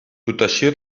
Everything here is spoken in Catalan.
dotació